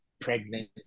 pregnant